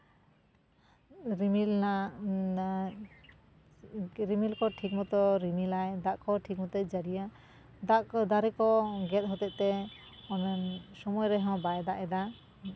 ᱨᱤᱢᱤᱞ ᱮᱱᱟᱜ ᱨᱤᱢᱤᱞ ᱠᱚ ᱴᱷᱤᱠ ᱢᱚᱛᱚ ᱨᱤᱢᱤᱞᱟᱭ ᱫᱟᱜ ᱠᱚ ᱴᱷᱤᱠ ᱢᱚᱛᱚᱭ ᱡᱟᱹᱲᱤᱭᱟᱭ ᱫᱟᱜ ᱠᱚ ᱫᱟᱨᱮ ᱠᱚ ᱜᱮᱫ ᱦᱚᱛᱮᱡᱛᱮ ᱚᱱᱮ ᱥᱚᱢᱚᱭ ᱨᱮᱦᱚᱸ ᱵᱟᱭ ᱫᱟᱜ ᱮᱫᱟ